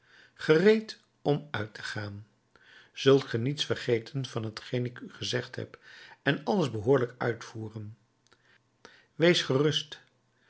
gereed om uit te gaan zult ge niets vergeten van t geen ik u gezegd heb en alles behoorlijk uitvoeren wees gerust